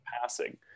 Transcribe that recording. passing